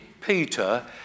Peter